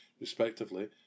respectively